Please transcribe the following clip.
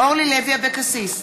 אורלי לוי אבקסיס,